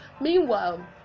Meanwhile